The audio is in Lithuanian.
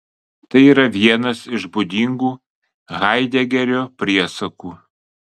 tai yra vienas iš būdingų haidegerio priesakų